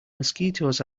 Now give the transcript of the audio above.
mosquitoes